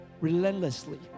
relentlessly